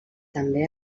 també